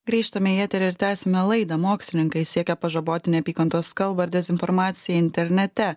grįžtame į eterį ir tęsiame laidą mokslininkai siekia pažaboti neapykantos kalbą ir dezinformaciją internete